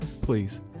please